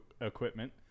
equipment